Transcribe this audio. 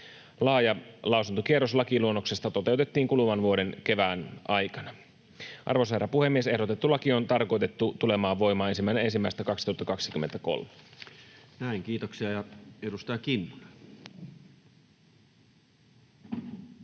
Laaja lausuntokierros lakiluonnoksesta toteutettiin kuluvan vuoden kevään aikana. Arvoisa herra puhemies! Ehdotettu laki on tarkoitettu tulemaan voimaan 1.1.2023. [Speech 224] Speaker: Toinen